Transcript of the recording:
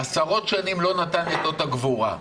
עשרות שנים לא נתן את אות הגבורה,